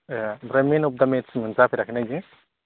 ए ओमफ्राय man of the maths जाफेराखैना बियो